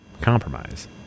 compromise